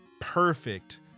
perfect